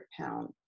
pound